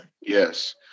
Yes